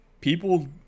people